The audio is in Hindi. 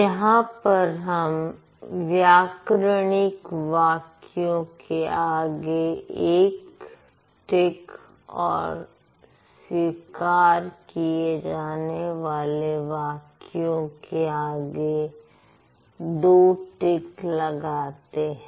यहां पर हम व्याकरणिक वाक्यों के आगे एक टिक् और स्वीकार किए जाने वाले वाक्यों के आगे दो टिक् लगाते हैं